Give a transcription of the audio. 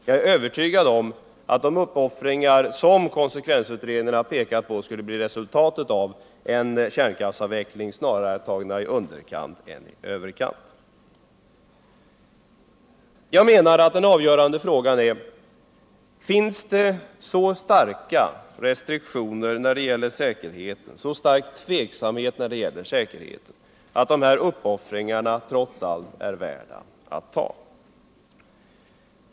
Jag är övertygad om att de uppoffringar som konsekvensutredningen har pekat på skulle bli resultatet av en kärnkraftsavveckling snarare tagna i underkant än i överkant. Jag menar att den avgörande frågan är: Finns det så stark tveksamhet när det gäller säkerheten att dessa uppoffringar trots allt är värda att ta?